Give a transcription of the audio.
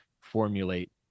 formulate